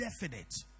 definite